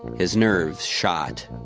his nerves shot.